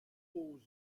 compose